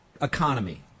economy